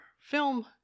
film